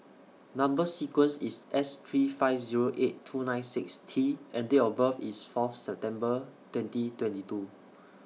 Number sequence IS S three five Zero eight two nine six T and Date of birth IS Fourth September twenty twenty two